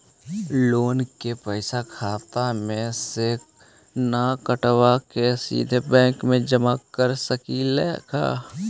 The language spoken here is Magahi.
लोन के पैसा खाता मे से न कटवा के सिधे बैंक में जमा कर सकली हे का?